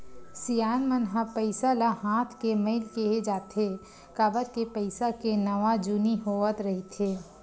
सियान मन ह पइसा ल हाथ के मइल केहें जाथे, काबर के पइसा के नवा जुनी होवत रहिथे